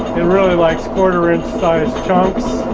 it really likes quarter inch size chunks